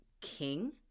king